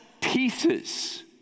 pieces